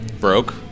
broke